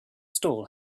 stall